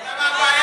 אתה יודע מה הבעיה?